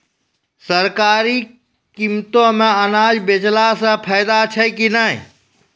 सरकारी कीमतों मे अनाज बेचला से फायदा छै कि नैय?